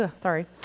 sorry